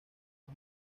los